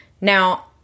Now